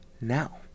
now